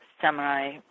samurai